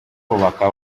kubaka